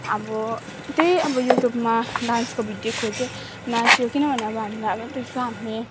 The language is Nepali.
अब त्यहीअब युट्युबमा डान्सको भिडियो खोज्यो नाच्यो किनभने अब हामीलाई अब त्यस्तो हामी